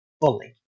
fully